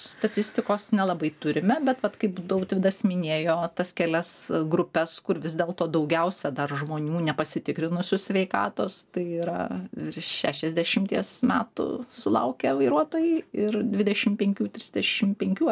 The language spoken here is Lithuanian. statistikos nelabai turime bet vat kaip tautvydas minėjo tas kelias grupes kur vis dėlto daugiausia dar žmonių nepasitikrinusių sveikatos tai yra virš šešiasdešimties metų sulaukę vairuotojai ir dvidešimt penkių trisdešimt penkių